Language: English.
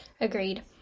Agreed